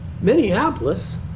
Minneapolis